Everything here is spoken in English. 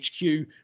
HQ